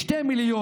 יש שני מיליון